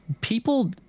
people